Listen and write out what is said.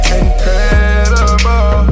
incredible